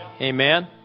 Amen